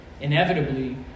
inevitably